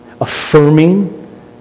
affirming